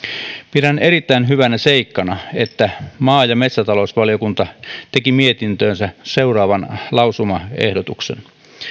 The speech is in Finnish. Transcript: pidän erittäin hyvänä seikkana että maa ja metsätalousvaliokunta teki mietintöönsä seuraavan lausumaehdotuksen